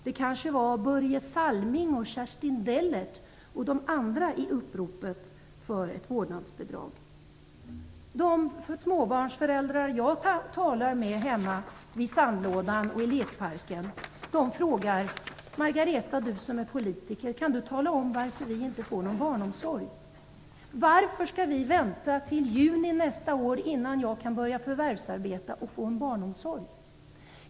Det kanske var Börje Salming, De småbarnsföräldrar jag talar med hemma vid sandlådan och i lekparken säger: Margareta, du som är politiker, kan du tala om varför vi inte får någon barnomsorg? Varför skall vi vänta till juni nästa år innan jag kan börja förvärvsarbeta och få barnomsorg?